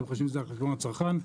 אתם חושבים שזה על חשבון הצרכן?